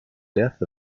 death